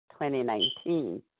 2019